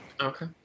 Okay